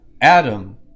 Adam